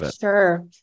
Sure